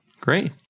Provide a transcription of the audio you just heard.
Great